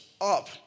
up